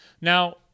Now